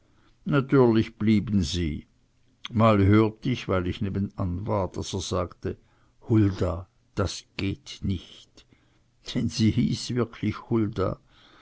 natürlich blieben sie mal hört ich weil ich nebenan war daß er sagte hulda das geht nicht denn sie hieß wirklich hulda